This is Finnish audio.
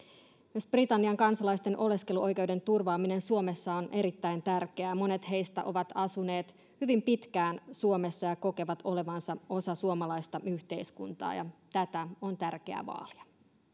myös britannian kansalaisten oleskeluoikeuden turvaaminen suomessa on erittäin tärkeää monet heistä ovat asuneet hyvin pitkään suomessa ja kokevat olevansa osa suomalaista yhteiskuntaa ja tätä on tärkeää vaalia